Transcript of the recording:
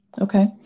Okay